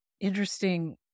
interesting